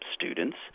students